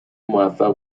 موفق